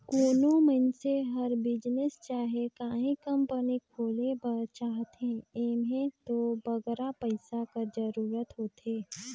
कोनो मइनसे हर बिजनेस चहे काहीं कंपनी खोले बर चाहथे एम्हें दो बगरा पइसा कर जरूरत होथे